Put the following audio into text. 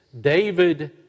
David